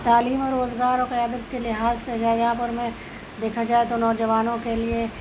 تعلیم اور روزگار اور قیادت کے لحاظ سے جامعہ پور میں دیکھا جائے تو نوجوانوں کے لیے